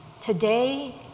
today